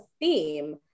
theme